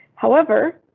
however,